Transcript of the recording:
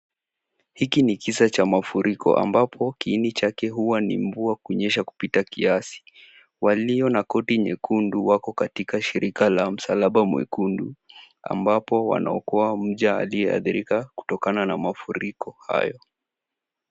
Hiki ni kisa cha mafuriko ambapo kiini chake huwa ni mvua kunyesha kupita kiasi. Walio na koti nyekundu wako katika shirika la msalaba mwekundu ambapo wanaokoa mja aliyeathirika kutokana na mafuriko hayo.